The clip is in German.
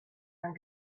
man